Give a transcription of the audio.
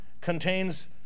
contains